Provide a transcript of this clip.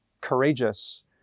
courageous